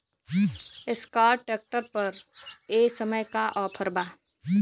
Escort tractor पर ए समय का ऑफ़र बा?